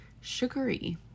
sugary